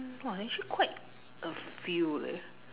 !wah! actually quite a few leh